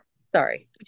Sorry